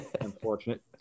unfortunate